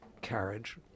carriage